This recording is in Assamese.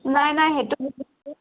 নাই নাই সেইটো